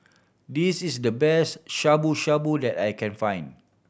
this is the best Shabu Shabu that I can find